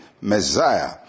Messiah